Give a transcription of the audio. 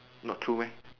not two meh